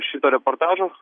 šito reportažo